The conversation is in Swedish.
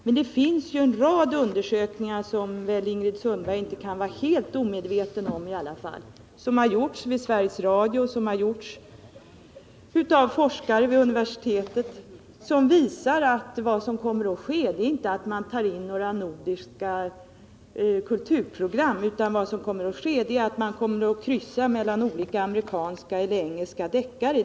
Men det finns ju en hel rad undersökningar, som väl Ingrid Sundberg inte kan vara helt omedveten om, som har gjorts vid Sveriges Radio och av forskare vid universiteten som visar at: vad som kommer att ske är inte att man tar in nordiska kulturprogram, utan vad som kommer att ske är att man kryssar mellan olika amerikanska eller engelska deckare.